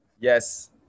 Yes